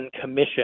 Commission